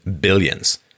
billions